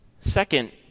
Second